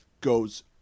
goes